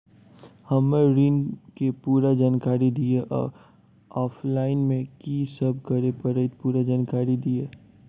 हम्मर ऋण केँ पूरा जानकारी दिय आ ऑफलाइन मे की सब करऽ पड़तै पूरा जानकारी दिय?